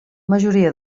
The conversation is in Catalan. majoria